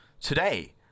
today